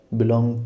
belong